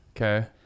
Okay